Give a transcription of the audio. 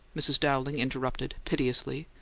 mrs. dowling interrupted, piteously,